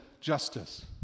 Justice